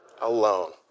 alone